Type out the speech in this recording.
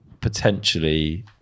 potentially